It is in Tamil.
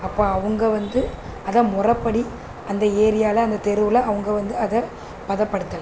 அப்போ அவங்க வந்து அதை முறைப்படி அந்த ஏரியாவில் அந்த தெருவில் அவங்க வந்து அதை பதப்படுத்தலை